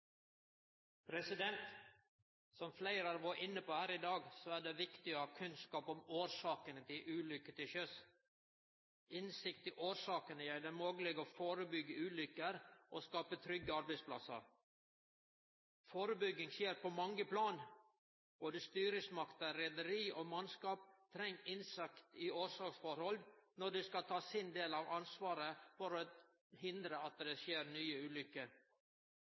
Som fleire har vore inne på her i dag, er det viktig å ha kunnskap om årsakene til ulykker til sjøs. Innsikt i årsakene gjer det mogleg å førebyggje ulykker og skape trygge arbeidsplassar. Førebygging skjer på mange plan. Både styresmakter, reiarlag og mannskap treng innsikt i årsaksforhold når dei skal ta sin del av ansvaret for å hindre at det skjer nye ulykker.